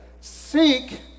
Seek